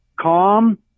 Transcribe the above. calm